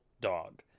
dog